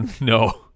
no